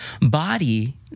body